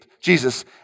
Jesus